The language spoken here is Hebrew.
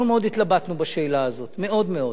אנחנו מאוד התלבטנו בשאלה הזאת, מאוד מאוד.